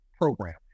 program